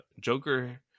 Joker